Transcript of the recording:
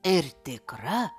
ir tikra